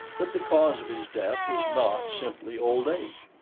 that the cause of his death was not simply old age.